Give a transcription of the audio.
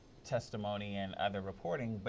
testimony and other reporting, but